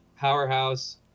powerhouse